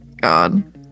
god